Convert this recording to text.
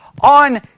on